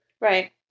Right